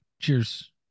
Cheers